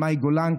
מאי גולן,